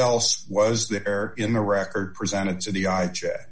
else was there in the record presented to the i